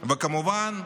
וכמובן,